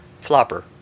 flopper